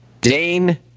Dane